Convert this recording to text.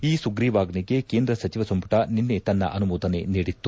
ಈ ಸುಗ್ರೀವಾಜ್ಞೆಗೆ ಕೇಂದ್ರ ಸಚಿವ ಸಂಪುಟ ನಿನ್ನೆ ತನ್ನ ಅನುಮೋದನೆ ನೀಡಿತ್ತು